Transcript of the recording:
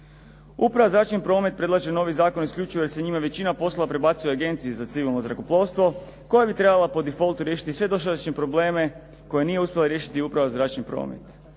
Uprava zračni promet predlaže novi zakon i isključuje se njime većina poslova prebacuje Agenciji za civilno zrakoplovstvo koje bi trebala po difoltu riješiti sve dosadašnje probleme koje nije uspjela riješiti uprava za zračni promet.